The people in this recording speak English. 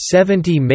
Seventy